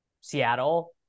Seattle